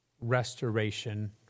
Restoration